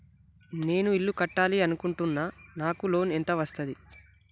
నేను ఇల్లు కట్టాలి అనుకుంటున్నా? నాకు లోన్ ఎంత వస్తది?